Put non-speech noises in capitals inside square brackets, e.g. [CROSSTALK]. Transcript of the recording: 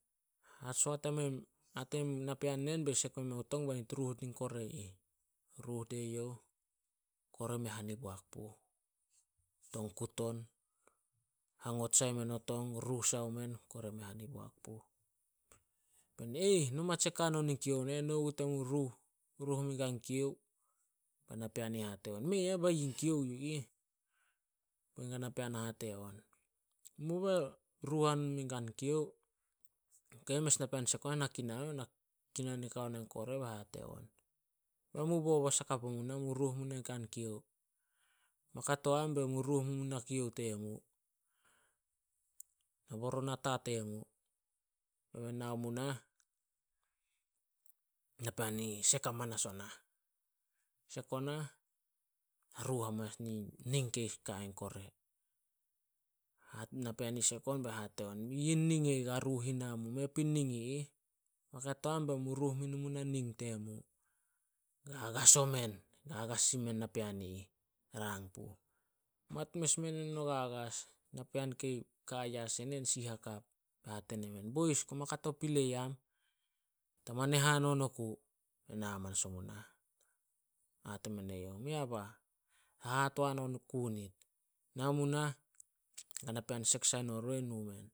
[UNINTELLIGIBLE] "Hate mei napean enen bei sek memei tong be nit ruh in kore ih." Ruh die youh, kore mei hani boak puh. Tong kut on, hangon sai men o tong, ruh sai o men. Kore mei hani boak puh. "Aih, noma tsek hanon in kiou nen, nogut mu ruh- ruh muin kan kiou." Napean i ih, hate on, "Mei ah, ba yin kiou yu ih." Bei ganapean hate on, "Mu be ruh hanun muin gan kiou." Ok, mes napean sek on na kinan on [UNINTELLIGIBLE] kinan [UNINTELLIGIBLE] kao na kore, be hate on, "Be mu bobos hakap o mu nah, mu ruh munai kan kiou. Ma kato am, be mu ruh mu na kiou temu, na baron nata temu." Be men nao mu nah, napean ih sek amanas o nah. Sek onah, na ruh manas in ning kei ka ain kore. [UNINTELLIGIBLE] Napean i ih sek nah be hate on, "Yi ning e ih ga ruh ina mu, me pui ning i ih. Ma kato am bemu ruh mu na ning temu." Gagas omen, gagas sin men napean i ih rang puh. Mat mes [UNINTELLIGIBLE] gagas. Napean kei ka ai yas enen si hakap. Hate nemen, "Boys, koma kato pilei am, ta mane hanon oku." Men na manas omu nah, hate men eyouh. "Mei a bah, hahatoan hano oku nit." Nao mu nah, gana pean sek sai no roi, nu men.